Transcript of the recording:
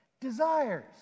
desires